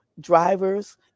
drivers